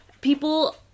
people